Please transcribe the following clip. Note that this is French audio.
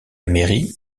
mairie